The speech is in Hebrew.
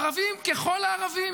ערבים ככל הערבים.